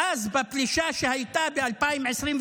ואז, בפלישה שהייתה ב-2023,